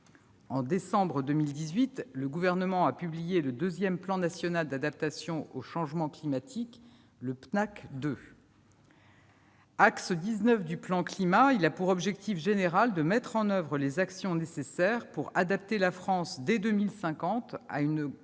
En décembre 2018, le Gouvernement a publié le deuxième plan national d'adaptation au changement climatique, le Pnacc 2. Axe 19 du plan climat, il a pour objectif général de mettre en oeuvre les actions nécessaires pour adapter la France dès 2050 à une hausse